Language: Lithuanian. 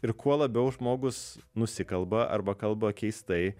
ir kuo labiau žmogus nusikalba arba kalba keistai